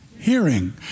Hearing